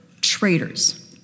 traitors